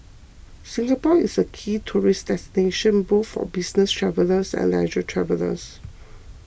Singapore is a key tourist destination both for business travellers and leisure travellers